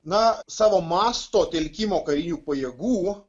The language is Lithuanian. na savo masto telkimo karinių pajėgų